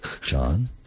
John